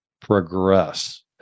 progress